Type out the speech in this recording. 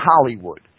Hollywood